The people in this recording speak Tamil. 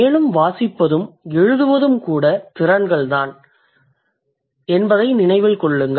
மேலும் வாசிப்பதும் எழுதுவதும்கூட திறன்கள்தான் என்பதை நினைவில் கொள்ளுங்கள்